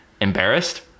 embarrassed